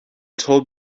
told